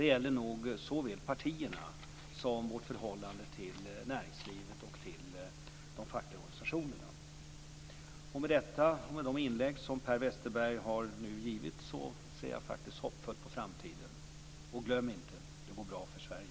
Det gäller nog såväl partierna som vårt förhållande till näringslivet och de fackliga organisationerna. Med detta och med de inlägg som Per Westerberg nu har gjort ser jag faktiskt hoppfullt på framtiden. Och glöm inte: Det går bra för Sverige.